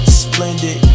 splendid